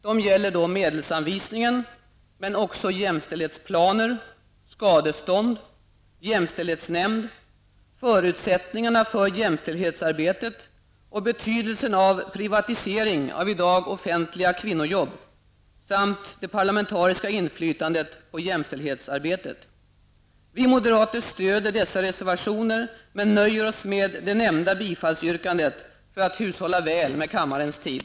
De gäller medelsanvisningen men också jämställdhetsplaner, skadestånd, jämställdhetsnämnd, förutsättningarna för jämställdhetsarbetet och betydelsen av privatisering av i dag offentliga kvinnojobb samt det parlamentariska inflytandet på jämställdhetsarbetet. Vi moderater stöder dessa reservationer men nöjer oss med det nämnda bifallsyrkandet för att hushålla väl med kammarens tid.